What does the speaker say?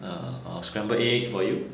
or scramble egg for you